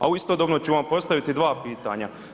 A istodobno ću vam postaviti dva pitanja.